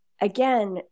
again